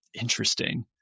Interesting